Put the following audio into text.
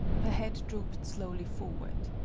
her head drooped slowly forward.